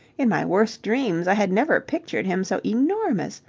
in my worst dreams i had never pictured him so enormous.